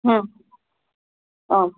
आं